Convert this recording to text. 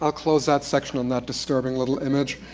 ah close that section on that disturbing little image.